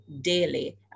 daily